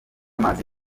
amazi